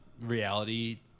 reality